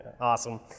Awesome